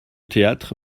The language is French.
théâtre